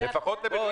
לפחות למקרים חדשים.